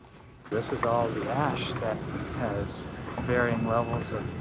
this is all the ash that has varying levels of